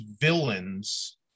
villains